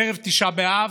ערב תשעה באב,